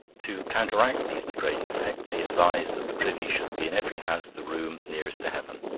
to counteract these degrading effects he advised that the privy should be in every house the room nearest to heaven,